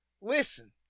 listen